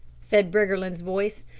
said briggerland's voice.